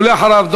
ולאחריו,